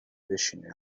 بشینین